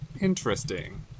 Interesting